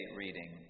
reading